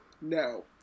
No